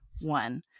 One